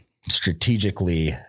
strategically